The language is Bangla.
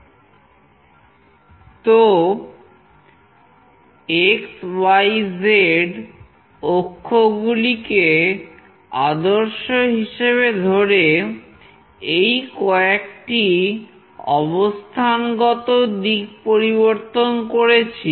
তো xyz অক্ষগুলিকে আদর্শ হিসেবে ধরে এই কয়েকটি অবস্থানগত দিক পরিবর্তন করেছি